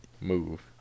move